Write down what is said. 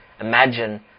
imagine